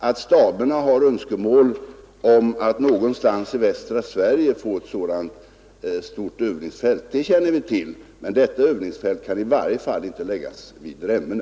Att staberna har önskemål om att någonstans i västra Sverige få ett sådant stort övningsfält känner vi till, men detta övningsfält kan i varje fall inte läggas vid Remmene.